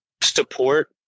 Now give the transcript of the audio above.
support